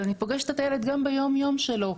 אבל אני פוגשת את הילד גם ביום יום שלו.